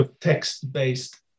text-based